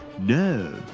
No